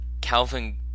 Calvin